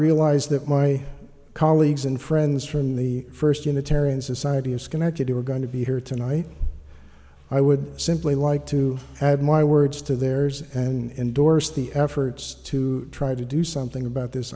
realize that my colleagues and friends from the first unitarian society of schenectady were going to be here tonight i would simply like to add my words to theirs and indorse the efforts to try to do something about this